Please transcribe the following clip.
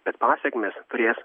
bet pasekmes turės